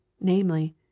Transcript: namely